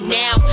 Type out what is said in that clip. now